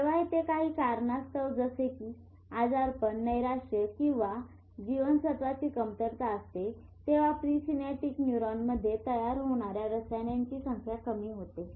जेव्हा येथे कांही कारणास्तव जसे कि आजारपण नैराश्य किंवा किंवा जीवनसत्वाची कमतरता असते तेव्हा प्रीसिनॅप्टिक न्यूरॉनमध्ये तयार होणाऱ्या रसायनांची संख्या कमी होते